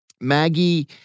Maggie